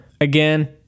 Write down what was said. again